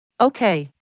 Okay